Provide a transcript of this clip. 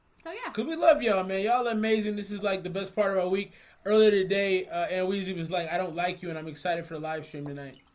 so yeah because we love you. oh, man y'all amazing. this is like the best part of a week earlier today and weezy was like i don't like you and i'm excited for the livestream tonight